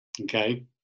Okay